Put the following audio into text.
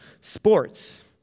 Sports